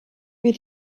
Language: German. wir